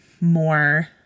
more